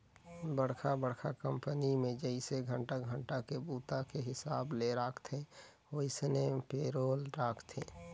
बड़खा बड़खा कंपनी मे जइसे घंटा घंटा के बूता के हिसाब ले राखथे वइसने पे रोल राखथे